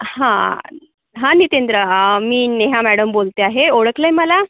हां हां नितेंद्र मी नेहा मॅडम बोलते आहे ओळखलं आहे मला